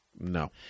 No